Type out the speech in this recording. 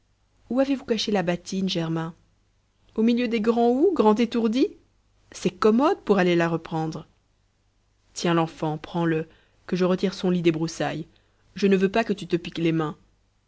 où avez-vous caché la bâtine germain au milieu des grands houx grand étourdi c'est commode pour aller la reprendre tiens l'enfant prends-le que je retire son lit des broussailles je ne veux pas que tu te piques les mains